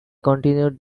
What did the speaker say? continued